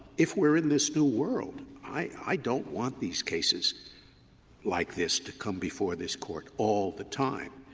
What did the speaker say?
if we're in this new world, i i don't want these cases like this to come before this court all the time.